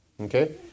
okay